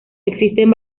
existen